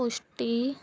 ਪੁਸ਼ਟੀ